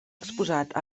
exposat